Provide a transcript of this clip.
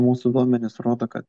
mūsų duomenys rodo kad